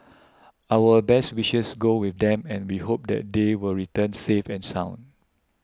our best wishes go with them and we hope that they will return safe and sound